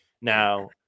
Now